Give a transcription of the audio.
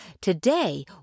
today